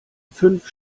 fünf